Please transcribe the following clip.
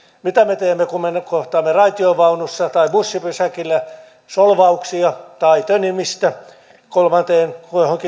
mitä me teemme kun me kohtaamme raitiovaunussa tai bussipysäkillä solvauksia tai tönimistä johonkin kolmanteen